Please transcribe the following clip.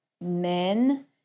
men